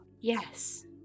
Yes